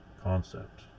concept